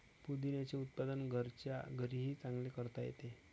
पुदिन्याचे उत्पादन घरच्या घरीही चांगले करता येते